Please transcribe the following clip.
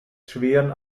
schweren